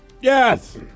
Yes